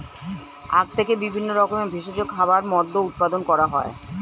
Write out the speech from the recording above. আখ থেকে বিভিন্ন রকমের ভেষজ খাবার, মদ্য উৎপাদন করা হয়